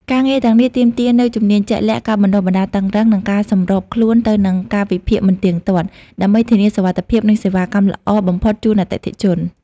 ការងារទាំងនេះទាមទារនូវជំនាញជាក់លាក់ ការបណ្តុះបណ្តាលតឹងរ៉ឹង និងការសម្របខ្លួនទៅនឹងកាលវិភាគមិនទៀងទាត់ ដើម្បីធានាសុវត្ថិភាពនិងសេវាកម្មល្អបំផុតជូនអតិថិជន។